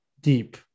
deep